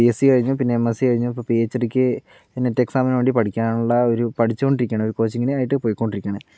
B SC കഴിഞ്ഞു പിന്നെ M SC കഴിഞ്ഞു ഇപ്പോൾ പി എച്ച് ഡിക്ക് നെറ്റ് എക്സാമിന് വേണ്ടി പഠിക്കാനുള്ള ഒരു പഠിച്ച് കൊണ്ടിരിക്കുകയാണ് ഒരു കോച്ചിങ്ങിന് ആയിട്ട് പോയിക്കൊണ്ടിരിക്കുകയാണ്